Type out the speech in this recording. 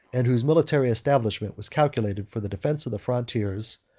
and whose military establishment was calculated for the defence of the frontiers,